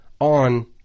on